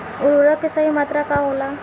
उर्वरक के सही मात्रा का होला?